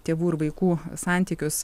tėvų ir vaikų santykius